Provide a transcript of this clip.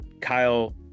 Kyle